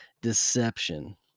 Deception